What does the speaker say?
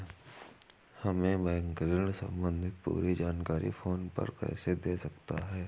हमें बैंक ऋण संबंधी पूरी जानकारी फोन पर कैसे दे सकता है?